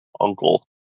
uncle